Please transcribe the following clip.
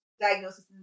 diagnosis